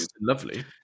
lovely